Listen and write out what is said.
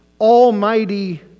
almighty